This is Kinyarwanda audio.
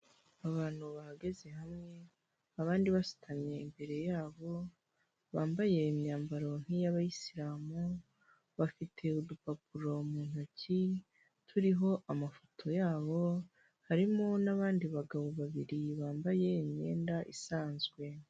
Abantu bahagaze hamwe, abandi basutamye imbere yabo, bambaye imyambaro nk'iy'abayisilamu, bafite udupapuro mu ntoki turiho amafoto yabo, harimo n'abandi bagabo babiri bambaye imyenda isanzwe.